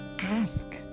Ask